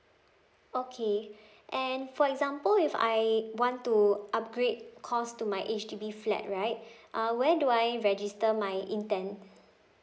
okay and for example if I want to upgrade cost to my H_D_B flat right uh where do I register my intend